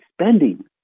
spending